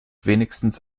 wenigstens